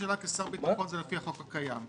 כשר ביטחון זה לפי החוק הקיים.